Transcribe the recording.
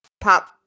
pop